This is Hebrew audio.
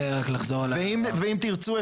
ואם תרצו,